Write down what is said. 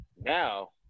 now